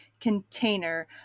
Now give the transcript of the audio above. container